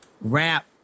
rap